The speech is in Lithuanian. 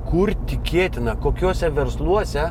kur tikėtina kokiuose versluose